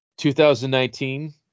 2019